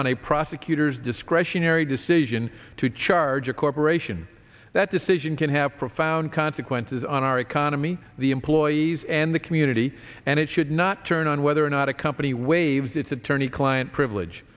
on a prosecutor's discretionary decision to charge a corporation that decision can have profound consequences on our economy the employees and the community and it should not turn on whether or not a company waives its attorney client privilege